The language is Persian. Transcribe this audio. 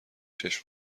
چشم